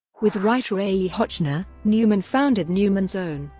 with writer a. e. hotchner, newman founded newman's own,